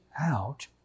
out